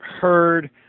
heard